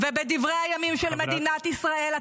ובדברי הימים של מדינת ישראל -- תודה רבה.